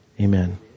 Amen